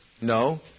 No